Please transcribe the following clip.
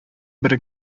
бер